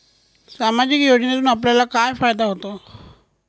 सामाजिक योजनेतून आपल्याला काय फायदा होतो?